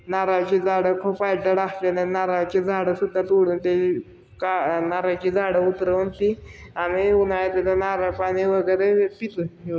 नारळाची झाडं खूप फायद्याला असले ना नारळाची झाडंसुद्धा तोडून ते का नारळाची झाडं उतरवून ती आम्ही उन्हाळ्यात तर नारळ पाणी वगैरे पितो